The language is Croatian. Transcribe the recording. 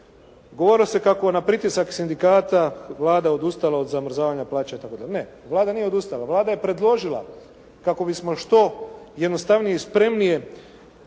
Govorilo se kako na pritisak sindikata Vlada odustala od zamrzavanja plaća itd., ne, Vlada nije odustala, Vlada je predložila kako bismo što jednostavnije i spremnije